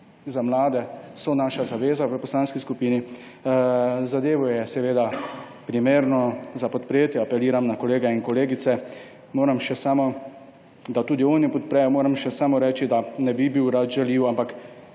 za mlade so naša zaveza v poslanski skupini. Zadevo je primerna za podporo. Apeliram na kolege in kolegice, da tudi oni podprejo. Moram še samo reči, da ne bi bil rad žaljiv, ampak